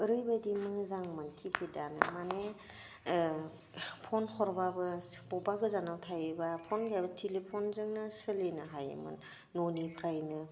ओरैबायदि मोजांमोन किपेडानो माने फ'न हरबाबो अबावबा गोजानाव थायोबा फ'न गैयाबा टेलिफ'नजोंनो सोलिनो हायोमोन न'निफ्रायनो